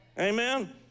Amen